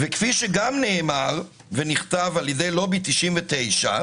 וכפי שגם נאמר ונכתב על-ידי לובי 99,